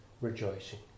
rejoicing